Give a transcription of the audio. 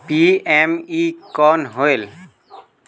PME कौन होयल?